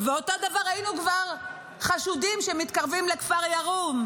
ואותו דבר ראינו כבר חשודים שמתקרבים לכפר ירום.